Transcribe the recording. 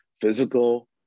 physical